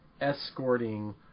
escorting